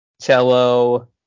cello